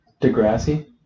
Degrassi